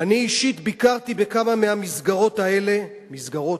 "אני אישית ביקרתי בכמה מהמסגרות האלה" מסגרות,